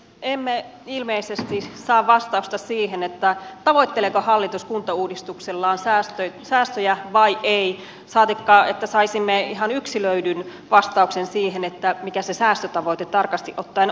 emme ilmeisesti saa vastausta siihen tavoitteleeko hallitus kuntauudistuksellaan säästöjä vai ei saatikka että saisimme ihan yksilöidyn vastauksen siihen mikä se säästötavoite tarkasti ottaen olisi